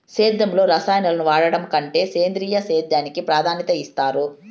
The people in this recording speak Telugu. సేద్యంలో రసాయనాలను వాడడం కంటే సేంద్రియ సేద్యానికి ప్రాధాన్యత ఇస్తారు